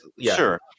sure